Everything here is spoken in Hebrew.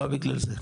לא בגלל זה,